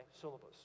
syllabus